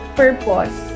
purpose